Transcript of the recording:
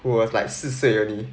who was like 四岁而已